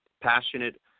passionate